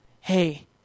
hey